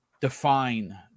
define